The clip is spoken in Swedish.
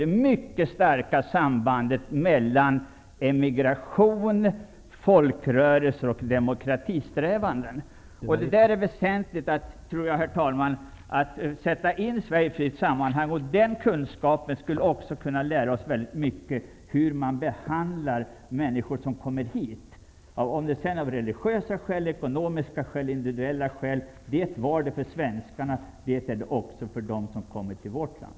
Det finns mycket starka samband mellan emigration, folkrörelser och demokratisträvanden. Jag tror, herr talman, att det är väsentligt att sätta in viktiga förändringar i Sverige i ett sådant sammanhang. Det skulle också kunna lära oss en del om hur vi bör möta människor som kommer hit, oavsett om det är av religiösa, ekonomiska eller individuella skäl. Sådana fanns för de svenska invandrarna liksom de finns för dem som kommer till vårt land.